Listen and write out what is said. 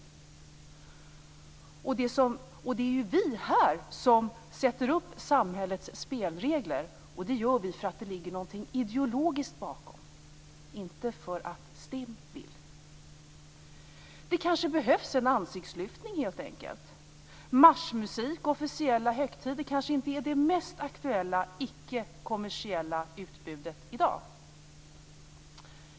Det är ju vi här som sätter upp samhällets spelregler, och det gör vi av bakomliggande ideologiska skäl, inte därför att STIM vill det. Det behövs kanske helt enkelt en ansiktslyftning. Marschmusik vid officiella högtider är kanske inte det mest aktuella icke kommersiella utbudet i dag.